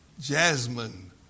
Jasmine